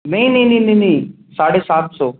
नहीं नहीं नहीं नहीं साढ़े सात सौ